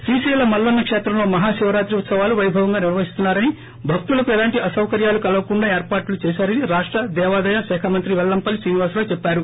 శ్రీకైల మల్లన్న శేత్రంలో మహాశివరాత్రి ఉత్సవాలు వైభవంగా నిర్వహిస్తున్నారని భక్తులకు ఎలాంటి అసౌకర్యాలు కలగకుండా ఏర్పాట్లు చేశారని రాష్ట దేవాదాయ శాఖ మంత్రి వెల్లంపల్లి శ్రీనివాసరావు చెప్పారు